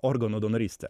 organų donorystę